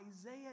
Isaiah